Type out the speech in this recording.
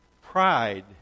Pride